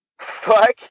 Fuck